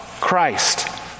Christ